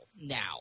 now